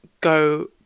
go